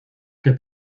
que